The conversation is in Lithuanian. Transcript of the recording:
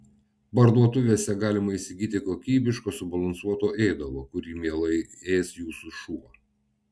parduotuvėse galima įsigyti kokybiško subalansuoto ėdalo kurį mielai ės jūsų šuo